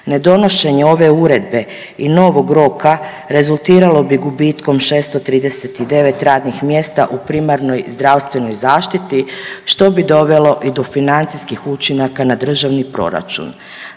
Ne donošenje ove uredbe i novog roka rezultiralo bi gubitkom 639 radnih mjesta u primarnoj i zdravstvenoj zaštiti, što bi dovelo i do financijskih učinaka na državni proračun.